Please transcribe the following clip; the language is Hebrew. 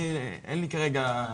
אין לי כרגע,